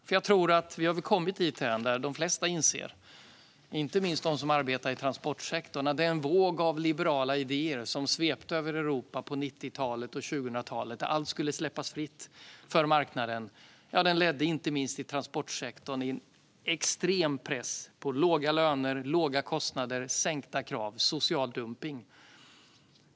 Jag tror nämligen att vi har kommit dithän där de flesta - inte minst de som arbetar i transportsektorn - inser att den våg av liberala idéer som svepte över Europa på 90-talet och 00-talet, när allt skulle släppas fritt för marknaden, inte minst i transportsektorn ledde till extrem press på låga löner och låga kostnader, sänkta krav och social dumpning.